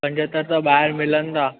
पंज त त ॿाहिरि मिलंदा